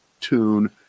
tune